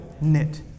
knit